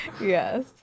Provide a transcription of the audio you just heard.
Yes